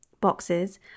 boxes